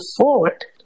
forward